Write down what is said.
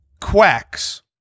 quacks